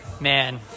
man